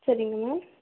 சரிங்க மேம்